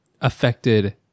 affected